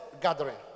gathering